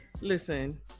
listen